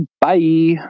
Bye